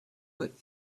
but